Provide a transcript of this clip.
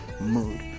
mood